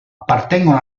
appartengono